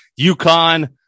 UConn